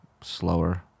slower